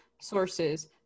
sources